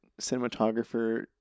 cinematographer